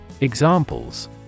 Examples